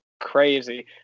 crazy